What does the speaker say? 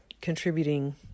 contributing